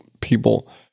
people